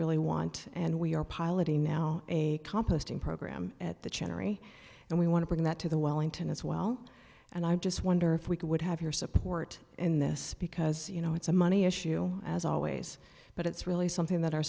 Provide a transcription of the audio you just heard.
really want and we are piloting now a composting program at the cherry and we want to bring that to the wellington as well and i just wonder if we could have your support in this because you know it's a money issue as always but it's really something that our